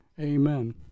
Amen